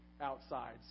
outside